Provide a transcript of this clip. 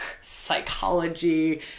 psychology